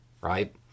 right